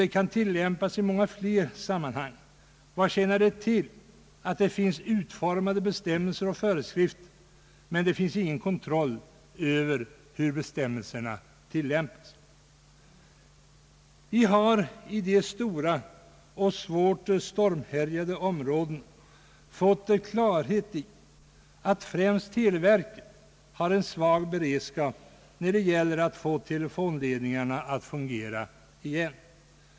Man kan här liksom i många fler sammanhang fråga: Vad tjänar det till att det finns utformade bestämmelser och föreskrifter om det inte finns någon kontroll över hur bestämmelserna tillämpas? Vi har i det stora och svårt stormhärjade området fått klarhet i att främst televerket har svag beredskap när det gäller att få telefonledningarna att fungera igen.